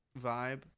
vibe